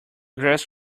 grass